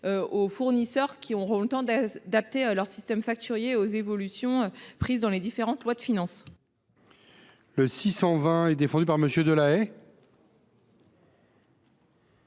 aux fournisseurs, qui auront le temps d’adapter leur système facturier aux évolutions décidées dans les différentes lois de finances.